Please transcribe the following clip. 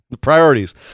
Priorities